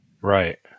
Right